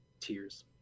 tears